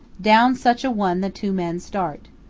down such a one the two men start.